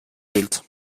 wild